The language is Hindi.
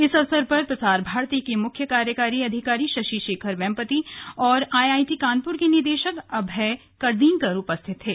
इस अवसर पर प्रसार भारती के मुख्य कार्यकारी अधिकारी शशि शेखर वेम्पटी और आई आई टी कानपुर के निदेशक अभय करंदीकर उपस्थित थे